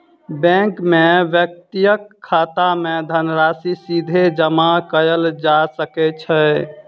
bank मे व्यक्तिक खाता मे धनराशि सीधे जमा कयल जा सकै छै